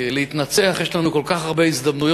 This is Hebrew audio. כי להתנצח יש לנו כל כך הרבה הזדמנויות,